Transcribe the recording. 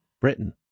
Britain